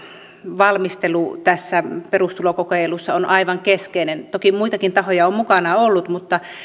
valmistelu tässä perustulokokeilussa on aivan keskeistä toki muitakin tahoja on mukana ollut mutta